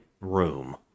room